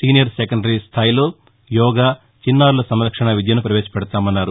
senior secondary స్టాయిలో యోగ చిన్నారుల సంరక్షణ విద్యను ప్రపేశపెదతామన్నారు